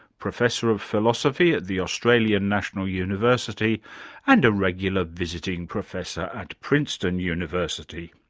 professor of philosophy at the australian national university and a regular visiting professor at princeton university.